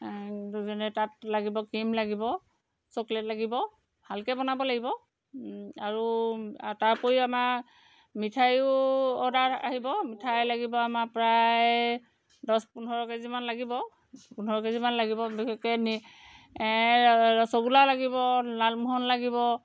দুজনে তাত লাগিব ক্ৰিম লাগিব চকলেট লাগিব ভালকৈ বনাব লাগিব আৰু আৰু তাৰ উপৰিও আমাৰ মিঠাইও অৰ্ডাৰ আহিব মিঠাই লাগিব আমাৰ প্ৰায় দহ পোন্ধৰ কেজিমান লাগিব পোন্ধৰ কেজিমান লাগিব বিশেষকৈ ৰসগোল্লা লাগিব লালমোহন লাগিব